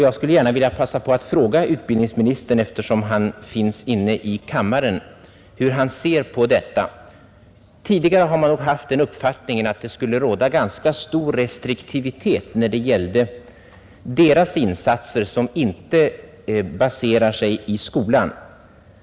Jag skulle gärna vilja passa på och fråga utbildningsministern, eftersom han finns inne i kammaren, hur han ser på detta. Tidigare har man haft den uppfattningen att det här råder stor restriktivitet när det gäller möjligheter till insatser från organisationernas sida.